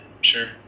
Sure